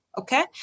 Okay